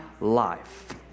life